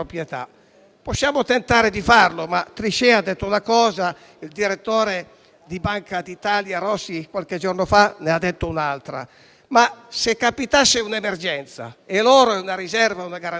Possiamo tentare di farlo, ma Trichet ha detto una cosa; il direttore di Banca d'Italia Rossi, qualche giorno fa, ne ha detta un'altra. Se capitasse un'emergenza - l'oro è una riserva e una garanzia